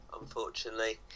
unfortunately